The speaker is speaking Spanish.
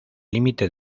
límite